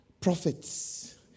prophets